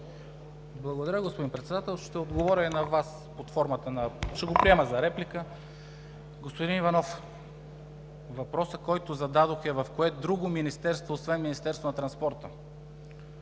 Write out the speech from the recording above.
Благодаря, господин Председател, ще отговоря и на Вас, ще го приема за реплика. Господин Иванов, въпросът, който зададох, е в кое друго министерство освен в Министерството на транспорта